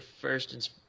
first